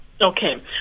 Okay